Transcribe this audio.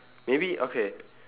maybe okay